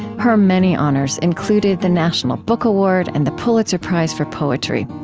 her many honors included the national book award and the pulitzer prize for poetry.